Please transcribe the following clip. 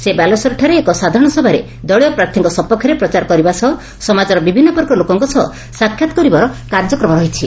ସେ ବାଲେଶ୍ୱରଠାରେ ଏକ ସାଧାରଣ ସଭାରେ ଦଳୀୟ ପ୍ରାର୍ଥୀଙ୍କ ସପକ୍ଷରେ ପ୍ରଚାର କରିବା ସହ ସମାଜର ବିଭିନୂ ବର୍ଗର ଲୋକଙ୍କ ସହ ସାକ୍ଷାତ କରିବାର କାର୍ଯ୍ୟକ୍ରମ ରହିଛି